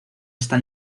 están